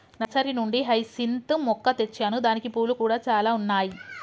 nursery నుండి hyacinth మొక్క తెచ్చాను దానికి పూలు కూడా చాల ఉన్నాయి